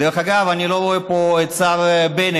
דרך אגב, אני לא רואה פה את השר בנט